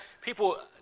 people